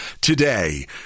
today